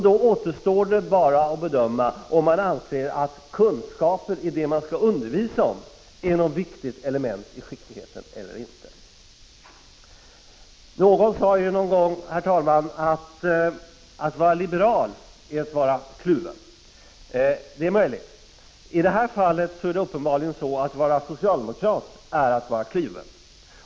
Det återstår bara att bedöma om man anser att kunskaper i det man skall undervisa om är ett viktigt element i skickligheten eller inte. Herr talman! Någon sade någon gång: Att vara liberal är att vara kluven. Det är möjligt. I det här fallet är det uppenbarligen så att vara socialdemokrat är att vara kluven.